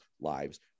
lives